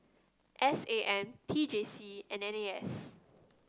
S A M T J C and N A S